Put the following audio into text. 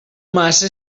massa